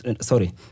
Sorry